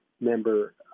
member